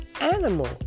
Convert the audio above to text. animal